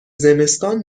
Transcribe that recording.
زمستان